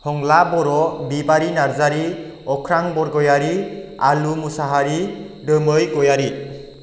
हंला बरट बिबारि नार्जारि अख्रां बरगयारि आलु मोसाहारि दोमै गयारि